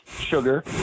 sugar